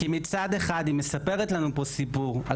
כי מצד אחד היא מספרת לנו פה סיפור על